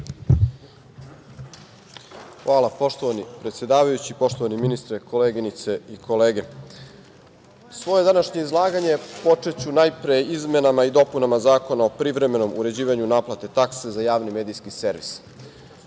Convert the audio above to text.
Hvala, poštovani predsedavajući. Poštovani ministre, koleginice i kolege, svoje današnje izlaganje počeću, najpre, izmenama i dopunama Zakona o privremenom uređivanju naplate takse za javni medijski servis. Ove